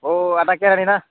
औ आदा खेरानि ना